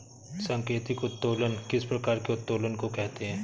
सांकेतिक उत्तोलन किस प्रकार के उत्तोलन को कहते हैं?